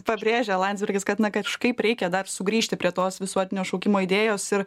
pabrėžia landsbergis kad na kažkaip reikia dar sugrįžti prie tos visuotinio šaukimo idėjos ir